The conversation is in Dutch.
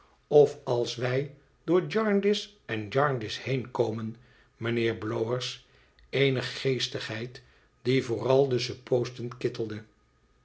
of als wij door jarndyce en jarndyce heenkomen mijnheer blowers eene geestigheid die vooral de suppoosten kittelde